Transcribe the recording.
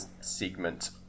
segment